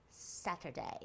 Saturday